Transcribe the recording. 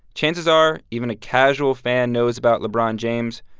chances are, even a casual fan knows about lebron james.